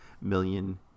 million